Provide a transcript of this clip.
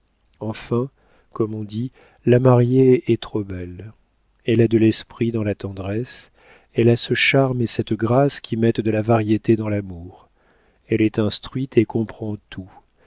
enfin comme on dit la mariée est trop belle elle a de l'esprit dans la tendresse elle a ce charme et cette grâce qui mettent de la variété dans l'amour elle est instruite et comprend tout